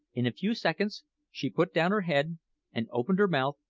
in a few seconds she put down her head and opened her mouth,